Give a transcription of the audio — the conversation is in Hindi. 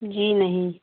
जी नहीं